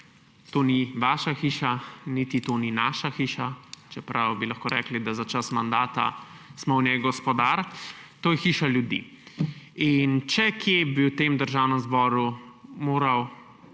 To ni vaša hiša niti to ni naša hiša, čeprav bi lahko rekli, da smo za čas mandata v njej gospodar, to je hiša ljudi. In če kje, bi v Državnem zboru moral